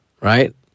right